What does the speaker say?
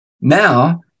Now